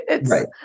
Right